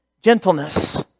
gentleness